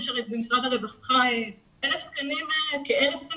יש הרי במשרד הרווחה כ-1,000 תקנים פנויים